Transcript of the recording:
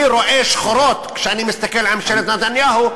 אני רואה שחורות כשאני מסתכל על ממשלת נתניהו,